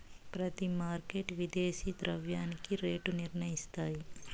ప్రతి మార్కెట్ విదేశీ ద్రవ్యానికి రేటు నిర్ణయిస్తాయి